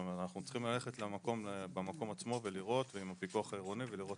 אנחנו צריכים ללכת במקום עצמו עם הפיקוח העירוני ולראות